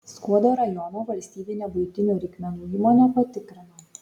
skuodo rajono valstybinę buitinių reikmenų įmonę patikrino